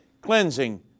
cleansing